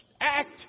act